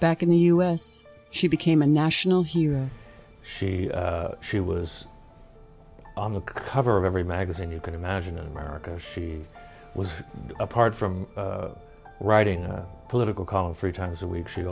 back in the us she became a national hero she she was on the cover of every magazine you can imagine in america she was apart from writing a political column three times a week she